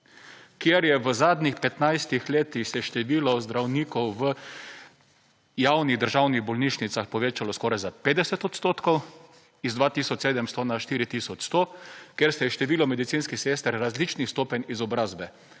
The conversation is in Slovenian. kjer je v zadnjih 15 letih se je število zdravnikov v javni državnih bolnišnicah povečalo skoraj za 50 odstotkov iz 2tisoč 700 na 4 tisoč 100, ker se je število medicinskih sester različnih stopenj izobrazbe